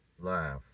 laugh